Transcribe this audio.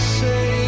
say